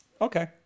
Okay